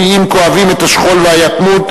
כי אם כואבים את השכול והיתמות,